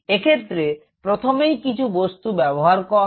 এক্ষেত্রে প্রথমেই কিছু বস্তু ব্যাবহার হয়